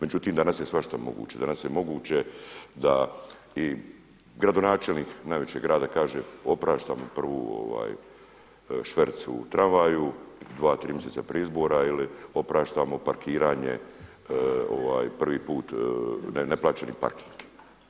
Međutim, danas je svašta moguće, danas je moguće da i gradonačelnik najvećeg grada kaže opraštam prvi šverc u tramvaju dva, tri mjeseca prije izbora ili opraštamo parkiranje prvi put, neplaćeni parking.